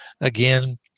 Again